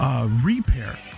repair